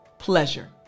Pleasure